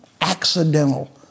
accidental